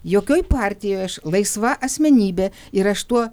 jokioj partijoj aš laisva asmenybė ir aš tuo